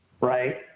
right